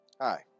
Hi